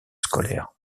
scolaires